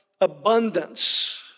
abundance